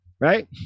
right